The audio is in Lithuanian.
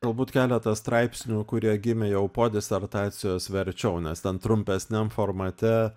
galbūt keletą straipsnių kurie gimė jau po disertacijos verčiau nes ten trumpesniam formate